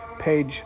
page